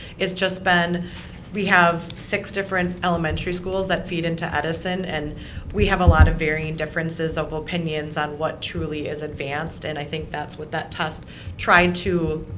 it's just been we have six different elementary schools that feed into edison and we have a lot of varying differences of opinions on what truly is advanced. and i think that's what that test tried to,